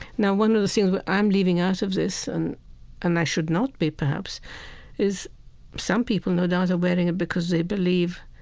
now, one of the things but i'm leaving out of this and and i should not be perhaps is some people, no doubt, are wearing it because they believe